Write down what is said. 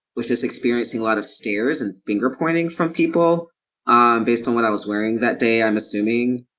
was just experiencing a lot of stares and finger pointing from people um based on what i was wearing that day i'm assuming.